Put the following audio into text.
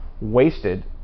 wasted